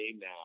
now